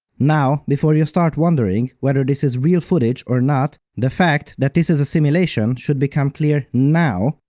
now, before you start wondering whether this is real footage or not, the fact that this is a simulation should become clear now,